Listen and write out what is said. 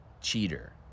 cheater